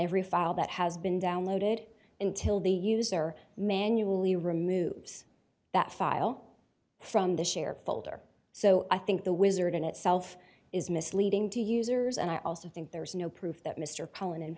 every file that has been downloaded until the user manually removes that file from the shared folder so i think the wizard in itself is misleading to users and i also think there is no proof that mr cohen in